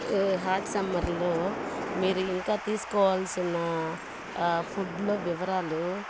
hot సమ్మర్లో మీరు ఇంకా తీసుకోవాల్సిన ఫుడ్లో వివరాలు